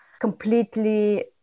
completely